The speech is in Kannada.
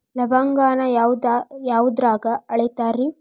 ಲವಂಗಾನ ಯಾವುದ್ರಾಗ ಅಳಿತಾರ್ ರೇ?